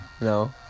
No